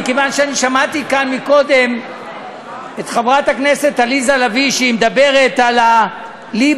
מכיוון שאני שמעתי כאן קודם את חברת הכנסת עליזה לביא מדברת על הליבה,